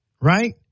right